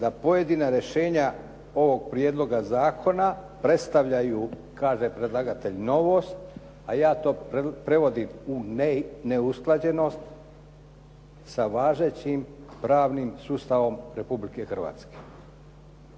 da pojedina rješenja ovoga prijedloga zakona predstavljaju kaže predlagatelj novost a ja to prevodim u neusklađenost sa važećim pravnim sustavom Republike Hrvatske.